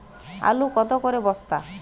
আলু কত করে বস্তা?